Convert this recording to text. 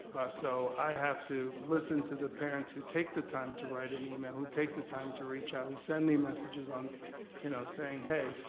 so i have to listen to the parents who take the time to write an email, who take the time to reach out, who send me messages um you know saying hey,